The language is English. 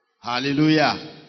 Hallelujah